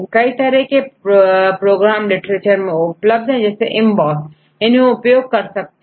कई तरह के प्रोग्राम लिटरेचर में उपलब्ध है जैसेEMBOSS इन्हें उपयोग कर सकते हैं